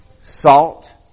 salt